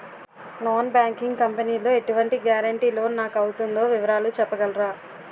Non banking company లో ఎటువంటి guarantee loan నాకు అవుతుందో వివరాలు చెప్పగలరా?